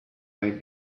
might